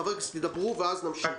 חברי הכנסת ידברו ואז נמשיך.